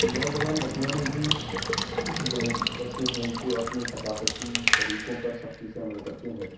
نوجوان نسلوں میں بھی کچھ لوگ ایسے ہیں جو اپنے ثقافتی طریقوں پر سختی سے عمل کرتے ہیں